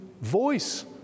voice